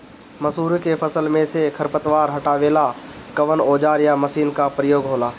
मसुरी के फसल मे से खरपतवार हटावेला कवन औजार या मशीन का प्रयोंग होला?